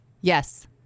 Yes